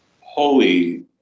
holy